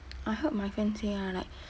I heard my friend say ah like